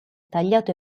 tagliato